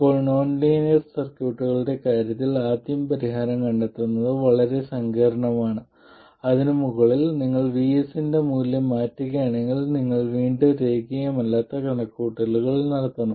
ഇപ്പോൾ നോൺലീനിയർ സർക്യൂട്ടുകളുടെ കാര്യത്തിൽ ആദ്യം പരിഹാരം കണ്ടെത്തുന്നത് വളരെ സങ്കീർണ്ണമാണ് അതിനു മുകളിൽ നിങ്ങൾ VS ന്റെ മൂല്യം മാറ്റുകയാണെങ്കിൽ നിങ്ങൾ വീണ്ടും രേഖീയമല്ലാത്ത കണക്കുകൂട്ടലുകൾ നടത്തണം